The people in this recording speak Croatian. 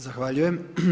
Zahvaljujem.